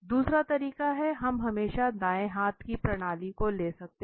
दूसरा तरीका है कि हम हमेशा इस दाएं हाथ की प्रणाली को ले सकते है